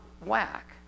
whack